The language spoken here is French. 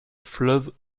fleuve